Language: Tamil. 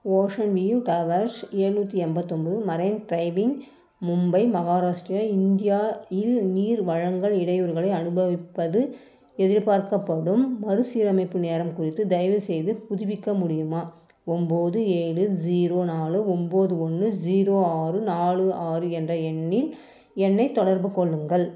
ஓஷன் வியூ டவர்ஸ் ஏழ்நூத்தி எண்பத்தொம்போது மரைன் டிரைவிங் மும்பை மஹாராஷ்டிரா இந்தியாயில் நீர் வழங்கல் இடையூறுகளை அனுபவிப்பது எதிர்பார்க்கப்படும் மறுசீரமைப்பு நேரம் குறித்து தயவுசெய்து புதுப்பிக்க முடியுமா ஒன்போது ஏழு ஸீரோ நாலு ஒன்போது ஒன்று ஸீரோ ஆறு நாலு ஆறு என்ற எண்ணில் என்னைத் தொடர்புக் கொள்ளுங்கள்